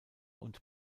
und